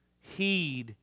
heed